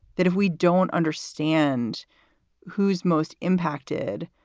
that if we don't understand who's most impacted,